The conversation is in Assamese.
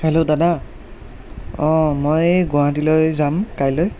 হেল্ল' দাদা অঁ মই গুৱাহাটীলৈ যাম কাইলৈ